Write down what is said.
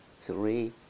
three